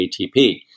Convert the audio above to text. atp